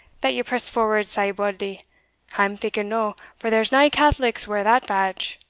that ye press forward sae bauldly i'm thinking no, for there's nae catholics wear that badge.